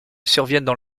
surviennent